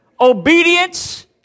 obedience